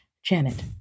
Janet